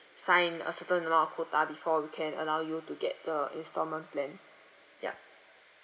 sign a certain amount of quota before we can allow you to get the instalment plan ya